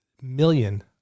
million